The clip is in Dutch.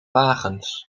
wagens